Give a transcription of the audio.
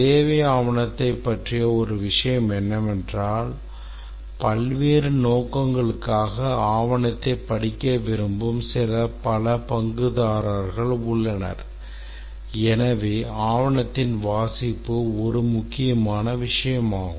தேவை ஆவணத்தைப் பற்றிய ஒரு விஷயம் என்னவென்றால் பல்வேறு நோக்கங்களுக்காக ஆவணத்தைப் படிக்க விரும்பும் பல பங்குதாரர்கள் உள்ளனர் எனவே ஆவணத்தின் வாசிப்பு ஒரு முக்கியமான விஷயமாகும்